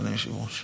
אדוני היושב-ראש.